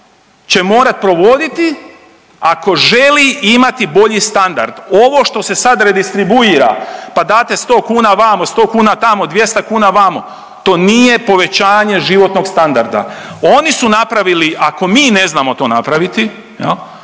će morati provoditi, ako želi imati bolji standard. Ovo što se sad redistribuira, pa date sto kuna vamo, sto kuna tamo, dvjesta kuna vamo to nije povećanje životnog standarda. Oni su napravili ako mi ne znamo to napraviti